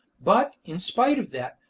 but, in spite of that,